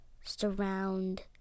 surround